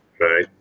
Right